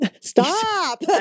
stop